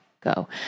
go